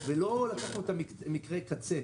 ולא לקחנו מקרי קצה,